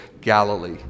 Galilee